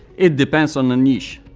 it depends on the niche.